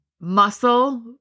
Muscle